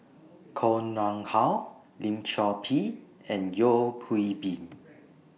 Koh Nguang How Lim Chor Pee and Yeo Hwee Bin